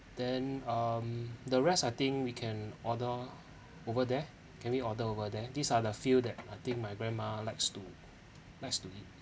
then um the rest I think we can order over there can we order over there these are the few that I think my grandma likes to likes to eat